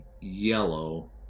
yellow